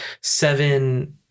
seven